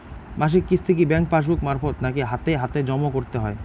মাসিক কিস্তি কি ব্যাংক পাসবুক মারফত নাকি হাতে হাতেজম করতে হয়?